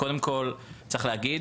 קודם כול צריך להגיד: